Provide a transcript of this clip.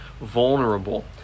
vulnerable